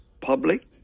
public